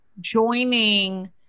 joining